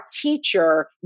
teacher